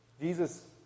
Jesus